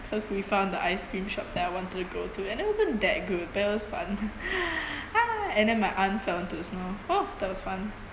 because we found the ice cream shop that I wanted to go to and it wasn't that good but it was fun ah and then my aunt fell into the snow oh that was fun